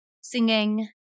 singing